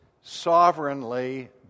sovereignly